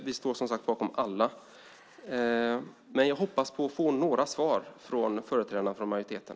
Vi står, som sagt, bakom alla. Jag hoppas få några svar från företrädarna för majoriteten.